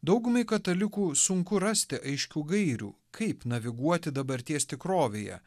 daugumai katalikų sunku rasti aiškių gairių kaip naviguoti dabarties tikrovėje